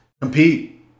compete